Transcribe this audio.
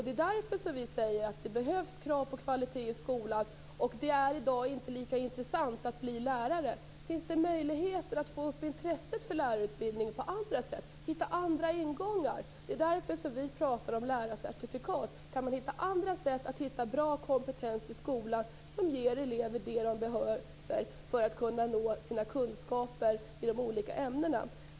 Det är därför vi säger att det måste ställas krav på kvalitet i skolan. Det är i dag inte så intressant att bli lärare. Finns det då möjligheter att öka intresset för lärarutbildningen på andra sätt och hitta andra ingångar? Det är därför som vi pratar om lärarcertifikat. Kan man hitta andra sätt att få bra kompetens i skolan som ger elever det som de behöver för att nå sina kunskaper i de olika ämnena?